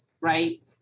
right